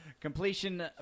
Completion